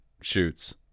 shoots